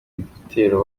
igitero